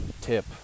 tip